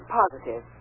positive